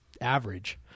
average